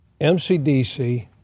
MCDC